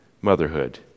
motherhood